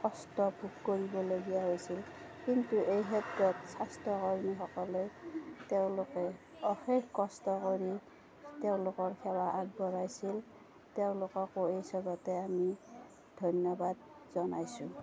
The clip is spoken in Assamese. কষ্ট ভোগ কৰিবলগীয়া হৈছিল কিন্তু এই ক্ষেত্ৰত স্বাস্থ্যকৰ্মীসকলে তেওঁলোকে অশেষ কষ্ট কৰি তেওঁলোকৰ সেৱা আগবঢ়াইছিল তেওঁলোককো এই চেগতে আমি ধন্যবাদ জনাইছোঁ